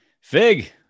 Fig